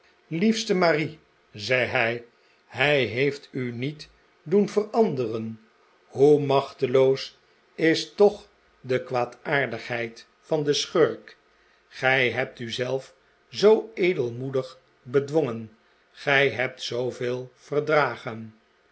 armenliefste marie zei hij hij heeft u niet doen veranderen hoe machteloos is toch de kwaadaardigheid van den schurk gij hebt u zelf zoo edelmoedig bedwongen gij hebt zooveel verdragen